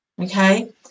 Okay